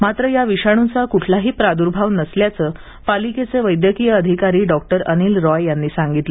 मात्र या विषाणूचा क्ठलाही प्रादुर्भाव नसल्याचेही पालिकेचे वैद्यकीय अधिकारी डॉक्टर अनिल रॉय यांनी सांगितलं